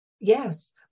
Yes